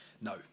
No